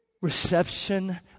Reception